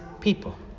people